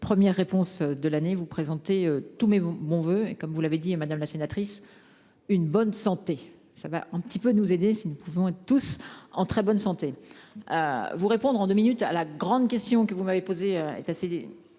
première réponse de l'année vous présenter tous mes vous mon voeu et comme vous l'avez dit et madame la sénatrice. Une bonne santé, ça va un petit peu nous aider si nous pouvons tous en très bonne santé. Vous répondre en 2 minutes à la grande question que vous m'avez posé est assez.